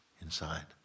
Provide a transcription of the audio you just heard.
inside